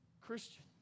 Christian